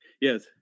Yes